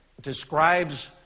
describes